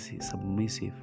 submissive